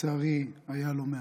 ולצערי היו לא מעט.